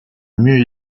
mieux